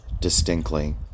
distinctly